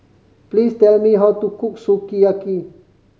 please tell me how to cook Sukiyaki